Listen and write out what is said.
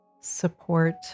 support